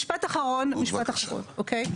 משפט אחרון, אוקיי?